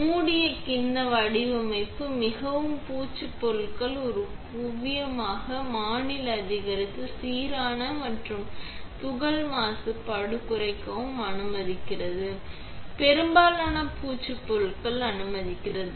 மூடிய கிண்ணம் வடிவமைப்பு மிகவும் பூச்சு பொருட்கள் ஒரு குவியமான மாநில அதிகரித்து சீரான மற்றும் துகள் மாசுபாடு குறைக்கும் அனுமதிக்கிறது பெரும்பாலான பூச்சு பொருட்கள் அனுமதிக்கிறது